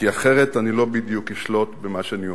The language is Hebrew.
כי אחרת אני לא בדיוק אשלוט במה שאני אומר.